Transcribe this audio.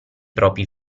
propri